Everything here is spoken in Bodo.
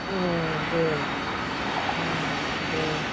अह दे उम दे